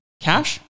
Cash